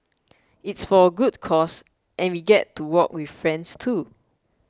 it's for a good cause and we get to walk with friends too